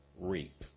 reap